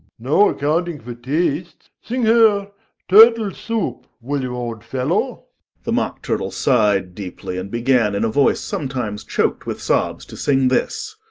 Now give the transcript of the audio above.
no accounting for tastes! sing her turtle soup, will you, old fellow the mock turtle sighed deeply, and began, in a voice sometimes choked with sobs, to sing this